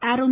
Aaron